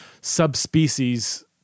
subspecies